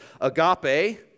agape